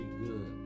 good